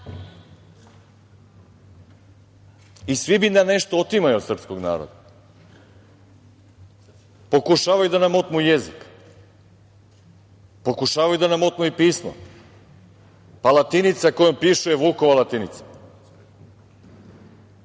bi da nešto otimaju od srpskog naroda. Pokušavaju da nam otmu jezik. Pokušavaju da nam otmu i pismo, pa latinica kojom pišu je Vukova latinica.